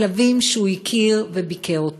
כלבים שהוא הכיר וביקר.